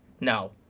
No